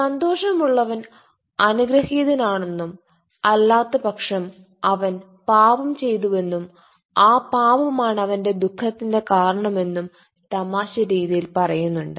സന്തോഷമുള്ളവൻ അനുഗ്രഹീതനാണെന്നും അല്ലാത്ത പക്ഷം അവൻ പാപം ചെയ്തുവെന്നും ആ പാപം ആണ് അവന്റെ ദുഖത്തിന്റെ കാരണം എന്നും തമാശ രീതിയിൽ പറയുന്നുണ്ട്